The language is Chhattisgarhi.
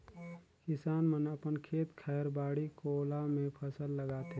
किसान मन अपन खेत खायर, बाड़ी कोला मे फसल लगाथे